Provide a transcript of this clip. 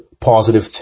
positive